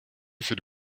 für